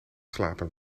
slapen